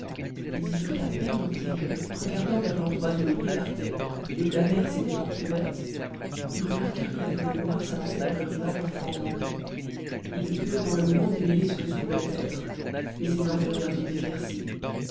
furent à peine montés que regardant vers l'endroit d'où le bruit partait et où la mer s'était entr'ouverte ils remarquèrent que la colonne noire s'avançait vers le rivage en fendant l'eau ils ne purent dans le moment démêler ce que ce pouvait être mais ils en furent bientôt éclaircis